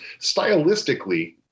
stylistically